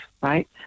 right